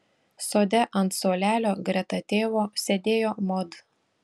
sode ant suolelio greta tėvo sėdėjo mod